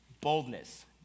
boldness